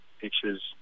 pictures